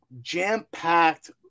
jam-packed